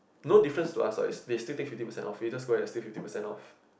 no difference lah so is they still take fifty percent of it just going to take fifty percent lor